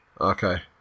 Okay